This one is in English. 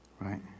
Right